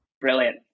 Brilliant